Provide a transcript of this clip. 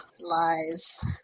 lies